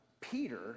Peter